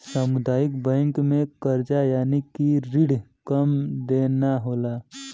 सामुदायिक बैंक में करजा यानि की रिण कम देना होला